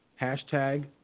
Hashtag